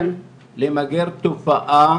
למגר תופעה